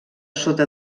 sota